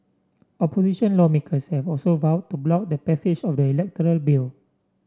opposition lawmakers have also vowed to block the passage of the electoral bill